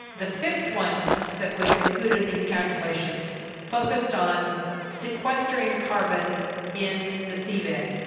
the fifth one that was included in these calculations focused on sequestering carbon in the seabed.